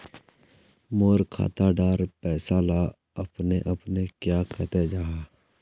मोर खाता डार पैसा ला अपने अपने क्याँ कते जहा?